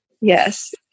Yes